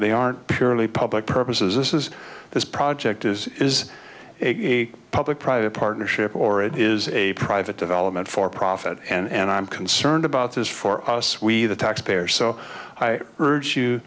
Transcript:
they aren't purely public purposes this is this project is is a public private partnership or it is a private development for profit and i'm concerned about this for us we the taxpayer so i urge you